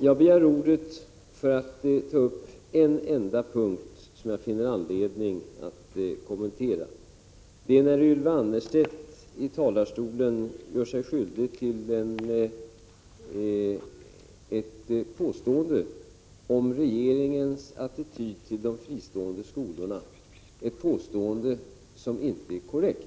Jag begär ordet för att ta upp en enda punkt, som jag finner anledning att kommentera. Det är Ylva Annerstedt som i talarstolen gör sig skyldig till ett påstående om regeringens attityd till de fristående skolorna, ett påstående som inte är korrekt.